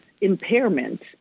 impairment